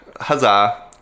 huzzah